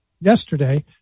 yesterday